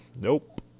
nope